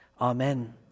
Amen